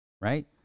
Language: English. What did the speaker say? Right